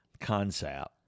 Concept